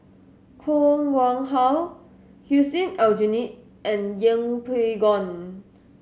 Koh Nguang How Hussein Aljunied and Yeng Pway Ngon